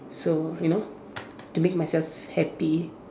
so you know to make myself happy